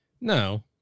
No